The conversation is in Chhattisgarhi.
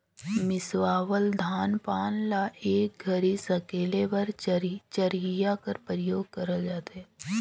मिसावल धान पान ल एक घरी सकेले बर चरहिया कर परियोग करल जाथे